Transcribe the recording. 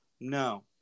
No